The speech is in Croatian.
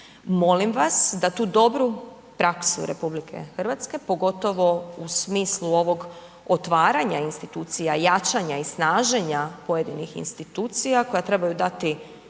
molim vas da tu dobru praksu RH pogotovo u smislu ovog otvaranja institucija, jačanja i snaženja pojedinih institucija koja trebaju dati